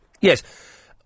Yes